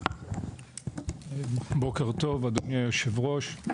בוקר טוב, אדוני היושב-ראש.